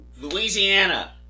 Louisiana